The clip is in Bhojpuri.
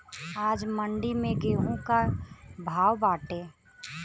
आज मंडी में गेहूँ के का भाव बाटे?